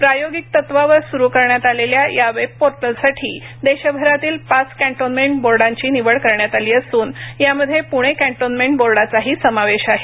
प्रायोगिक तत्वावर सुरू करण्यात आलेल्या या पोर्टलसाठी देशभरातील पाच कॅन्टोन्मेंट बोर्डांची निवड करण्यात आली असून यामध्ये पुणे कॅन्टोन्मेंट बोर्डाचाही समावेश आहे